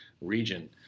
region